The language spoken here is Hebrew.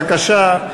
בבקשה.